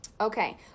okay